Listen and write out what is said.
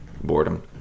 boredom